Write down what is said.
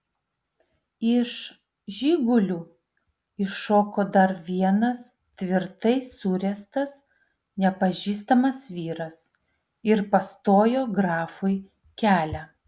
iš žigulių iššoko dar vienas tvirtai suręstas nepažįstamas vyras ir pastojo grafui kelią